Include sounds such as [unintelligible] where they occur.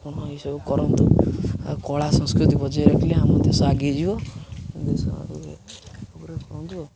ଆପଣ ଏଇସବୁ କରନ୍ତୁ ଆଉ କଳା ସଂସ୍କୃତି ବଜାଇ ରଖିଲେ ଆମ ଦେଶ ଆଗେଇଯିବ [unintelligible]